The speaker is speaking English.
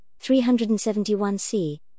371c